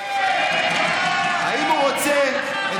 כן, כן.